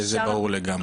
זה ברור לגמרי.